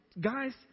guys